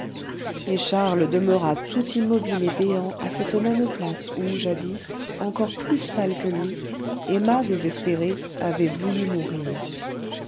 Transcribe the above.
et charles demeura tout immobile et béant à cette même place où jadis encore plus pâle que lui emma désespérée avait voulu mourir